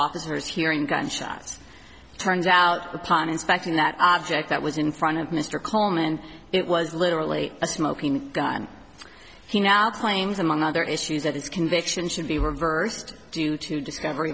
officers hearing gunshots turns out upon inspection that object that was in front of mr coleman it was literally a smoking gun he now claims among other issues that his conviction should be reversed due to discovery